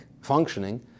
functioning